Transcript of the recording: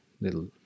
little